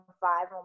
five